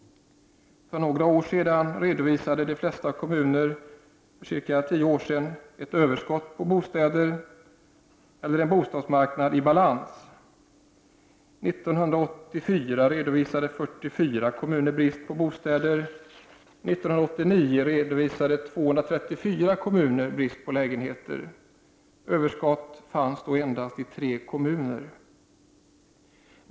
För ungefär tio år sedan redovisade de flesta kommuner ett överskott på bostäder eller en bostadsmarknad i balans. 1984 redovisade 44 kommuner brist på bostäder. 1989 redovisade 234 kommuner brist på lägenheter. Överskott fanns endast i tre kommuner.